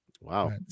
Wow